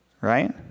Right